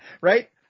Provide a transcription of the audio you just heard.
right